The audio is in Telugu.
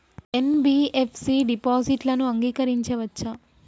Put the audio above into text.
ఎన్.బి.ఎఫ్.సి డిపాజిట్లను అంగీకరించవచ్చా?